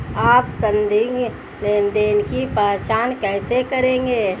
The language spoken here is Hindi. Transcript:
आप संदिग्ध लेनदेन की पहचान कैसे करेंगे?